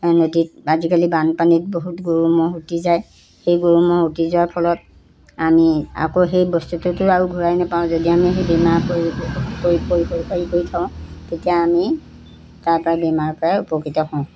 নদীত আজিকালি বানপানীত বহুত গৰু ম'হ উটি যায় সেই গৰু ম'হ উটি যোৱাৰ ফলত আমি আকৌ সেই বস্তুটোতো আৰু ঘূৰাই নাপাওঁ যদি আমি সেই বীমাৰ কৰি থওঁ তেতিয়া আমি তাৰ পৰা বীমাৰ পৰা উপকৃত হওঁ